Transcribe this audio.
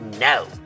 No